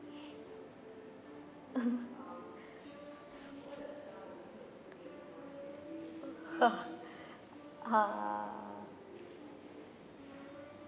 uh